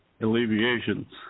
Alleviations